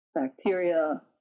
bacteria